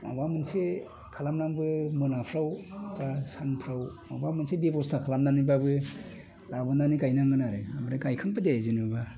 माबा मोनसे खालामनानैबो मोनाफोराव बा सानफोराव माबा मोनसे बेबस्था खालामनानैबाबो लाबोनानै गायनांगोन आरो ओमफ्राय गायखांबायदे जेनेबा